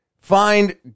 find